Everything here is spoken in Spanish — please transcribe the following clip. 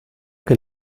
que